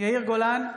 יאיר גולן,